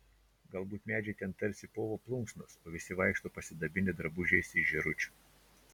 galbūt medžiai ten tarsi povo plunksnos o visi vaikšto pasidabinę drabužiais iš žėručių